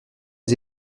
des